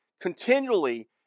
continually